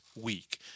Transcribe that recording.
week